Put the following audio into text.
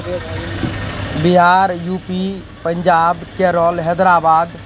Bihar U P Punjab Kerala Hyderabad